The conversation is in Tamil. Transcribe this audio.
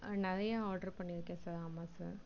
நிறையா ஆர்டர் பண்ணியிருக்கேன் சார் ஆமாம் சார்